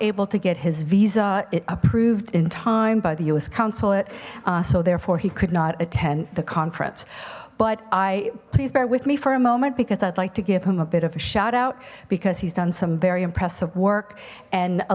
able to get his visa it approved in time by the us consulate so therefore he could not attend the conference but i please bear with me for a moment because i'd like to give him a bit of a shout out because he's done some very impressive work and a